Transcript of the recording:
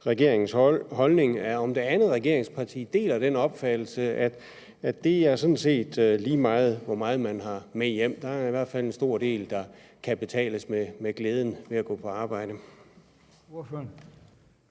regeringens holdning. Deler det andet regeringsparti den opfattelse, at det sådan set er lige meget, hvor meget man har med hjem? For der er i hvert fald en stor del, der ikke kan betales med glæden ved at gå på arbejde.